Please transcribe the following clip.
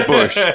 Bush